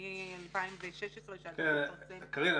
קארין,